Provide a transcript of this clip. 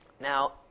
Now